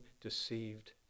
deceived